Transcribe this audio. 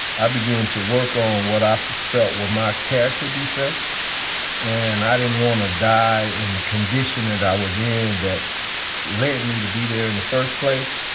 i began to work on what i felt were my character defects and i didn't wanna die in the condition that i was in that led me to be there in the first place.